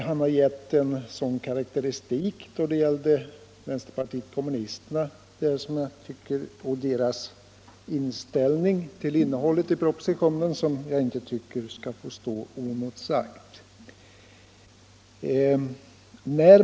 Han har givit en karakteristik på vänsterpartiet kommunisternas inställning till innehållet i propositionen som jag inte tycker skall få stå oemotsagd.